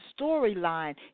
storyline